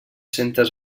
centes